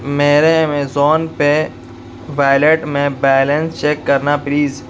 میرے Amazon pay wallet میں balance check کرنا پلیز